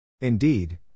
Indeed